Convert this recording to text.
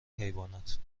حیوانات